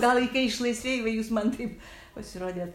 gal i kai išlaisvėju va jūs man taip pasirodėt